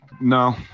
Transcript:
no